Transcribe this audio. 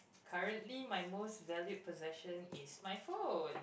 currently my most valued possession is my phone